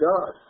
God